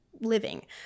living